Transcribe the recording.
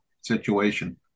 situation